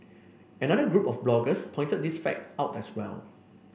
another group of bloggers pointed this fact out as well